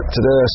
Today